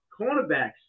cornerbacks